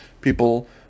people